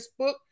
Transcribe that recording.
Facebook